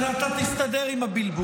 אתה נמצא פה, אתה תסתדר עם הבלבול.